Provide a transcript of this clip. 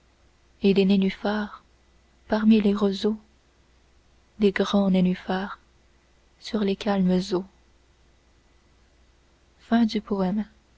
et des nénuphars parmi les roseaux des grands nénuphars sur les calmes eaux